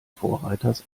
vorreiters